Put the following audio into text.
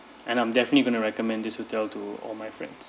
and I'm definitely gonna recommend this hotel to all my friends